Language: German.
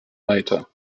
weiter